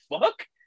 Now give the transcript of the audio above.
fuck